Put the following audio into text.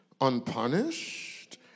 unpunished